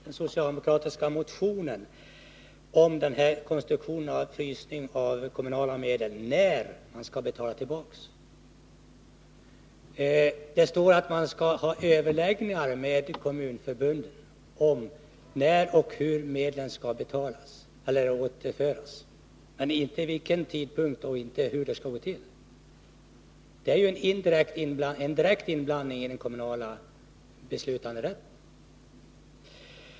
Herr talman! Jag kan bara konstatera, Paul Jansson, att det inte stod angivet någonstans i den socialdemokratiska motionen beträffande den här konstruktionen av frysning av kommunala medel när pengarna skall betalas tillbaka. Det står att man skall ha överläggningar med kommunförbunden om när och hur medlen skall återföras. Men det står inte vid vilken tidpunkt och inte hur det skall gå till. Det är en direkt inblandning i den kommunala beslutanderätten.